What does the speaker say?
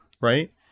right